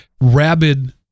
rabid